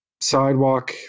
sidewalk